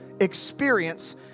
experience